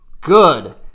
good